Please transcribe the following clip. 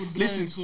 listen